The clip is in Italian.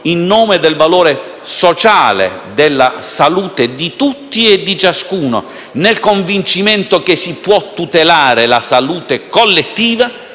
in nome del valore sociale della salute di tutti e di ciascuno, nel convincimento che si può tutelare la salute collettiva